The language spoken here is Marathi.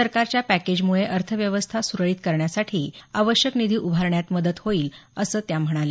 सरकारच्या पॅकेजमुळे अर्थव्यवस्था सुरळित करण्यासाठी आवश्यक निधी उभारण्यात मदत होईल असं त्या म्हणाल्या